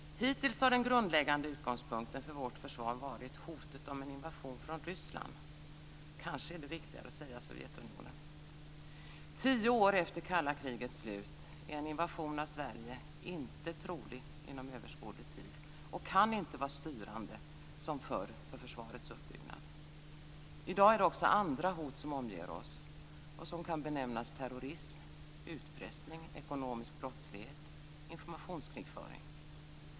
Hittills har den grundläggande utgångspunkten för vårt försvar varit hotet om en invasion från Ryssland - kanske är det riktigare att säga Sovjetunionen. Tio år efter kalla krigets slut är en invasion av Sverige inte trolig inom överskådlig tid och kan inte vara styrande som förr för försvarets uppbyggnad. I dag är det också andra hot som omger oss. De kan benämnas terrorism, utpressning, ekonomisk brottslighet och informationskrigföring.